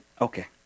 Okay